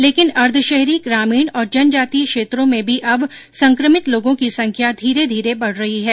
लेकिन अर्धशहरी ग्रामीण और जनजातीय क्षेत्रों में भी अब संक्रमित लोगों की संख्या धीरे धीरे बढ़ रही है